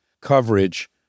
coverage